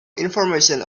information